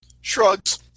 Shrugs